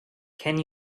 can